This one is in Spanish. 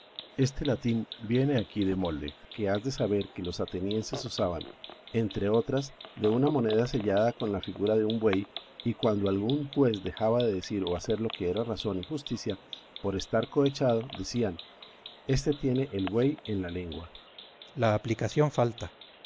este latín viene aquí de molde que has de saber que los atenienses usaban entre otras de una moneda sellada con la figura de un buey y cuando algún juez dejaba de decir o hacer lo que era razón y justicia por estar cohechado decían este tiene el buey en la lengua cipión la aplicación falta